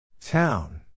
Town